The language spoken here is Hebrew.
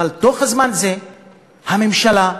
אבל בזמן הזה הממשלה,